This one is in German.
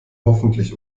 hoffentlich